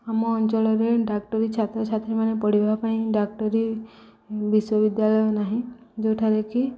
ଆମ ଅଞ୍ଚଳରେ ଡ଼ାକ୍ଟରୀ ଛାତ୍ରଛାତ୍ରୀମାନେ ପଢ଼ିବା ପାଇଁ ଡ଼ାକ୍ଟରୀ ବିଶ୍ୱବିଦ୍ୟାଳୟ ନାହିଁ ଯେଉଁଠାରେ କି